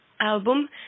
album